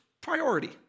priority